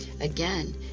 Again